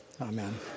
amen